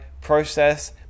process